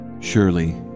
Surely